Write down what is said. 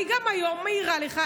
וגם היום אני מעירה לך.